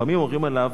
וחכמים אומרים עליו: